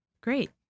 Great